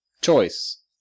choice